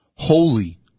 Holy